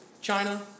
China